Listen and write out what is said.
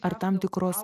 ar tam tikros